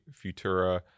Futura